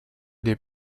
les